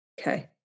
Okay